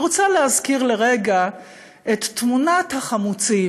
אני רוצה להזכיר לרגע את תמונת החמוצים,